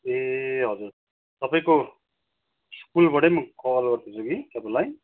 ए हजुर तपाईँको स्कुलबाटै म कल गर्दैछु कि तपाईँलाई